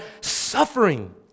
suffering